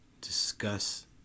discuss